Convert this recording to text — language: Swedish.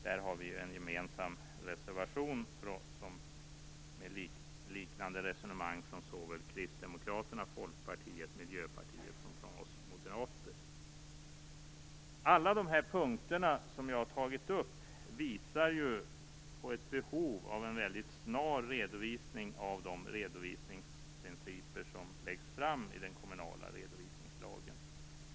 Där finns det en gemensam reservation med liknande resonemang från Kristdemokraterna, Folkpartiet, Miljöpartiet och oss moderater. Alla punkter som jag tagit upp visar på ett behov av en redovisning mycket snart av de redovisningsprinciper som läggs fram i den kommunala redovisningslagen.